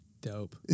Dope